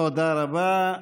תודה רבה.